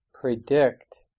predict